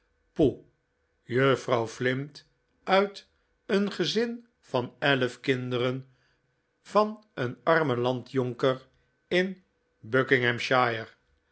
poe juffrouw flint uit een gezin van elf kinderen van een armen landjonker in